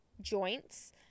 joints